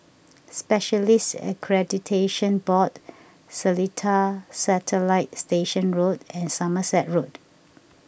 Specialists Accreditation Board Seletar Satellite Station Road and Somerset Road